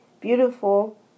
beautiful